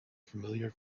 familiar